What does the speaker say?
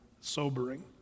sobering